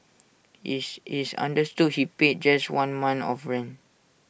is is understood he paid just one month of rent